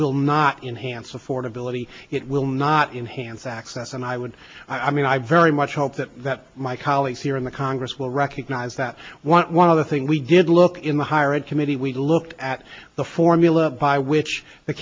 will not enhanced affordability it will not enhanced access and i would i mean i very much hope that that my colleagues here in the congress will recognize that one of the thing we did look in the higher ed committee we looked at the formula by which the